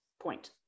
point